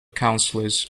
councillors